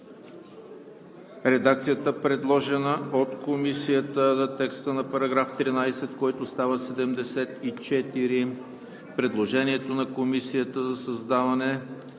редакцията, предложена от Комисията за текста на § 13, който става § 74; предложението на Комисията за създаване